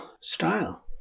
style